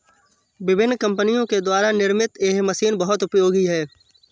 विभिन्न कम्पनियों के द्वारा निर्मित यह मशीन बहुत उपयोगी है